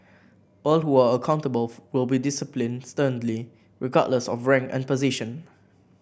all who are accountable will be disciplined sternly regardless of rank and position